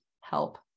Help